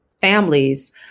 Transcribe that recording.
families